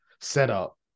setup